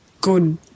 good